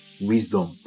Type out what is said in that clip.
wisdom